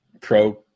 pro